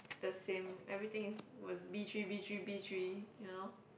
the same everything is was b-three b-three b-three you know